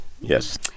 Yes